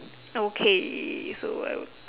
okay so I will